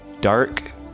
Dark